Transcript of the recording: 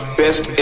best